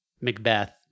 Macbeth